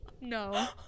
No